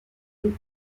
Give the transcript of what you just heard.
flots